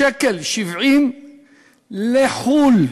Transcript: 1.70 לחו"ל,